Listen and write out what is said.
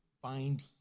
Find